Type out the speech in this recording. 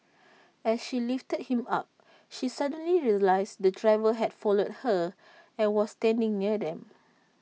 as she lifted him up she suddenly realised the driver had followed her and was standing near them